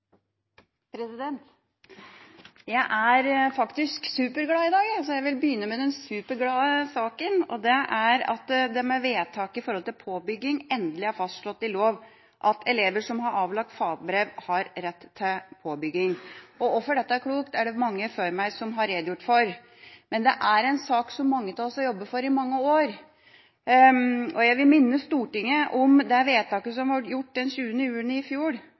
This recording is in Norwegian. proposisjonen. Jeg er faktisk superglad i dag, og jeg vil begynne med den superglade saken, og det er at det med vedtaket når det gjelder påbygging, endelig er fastslått i lov at elever som har avlagt fagbrev, har rett til påbygging. Hvorfor dette er klokt, har mange før meg redegjort for, men det er en sak som mange av oss har jobbet for i mange år. Jeg vil minne Stortinget om vedtaket som ble gjort 20. juni i fjor: